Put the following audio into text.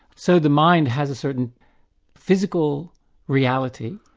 so the mind has a certain physical reality,